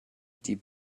die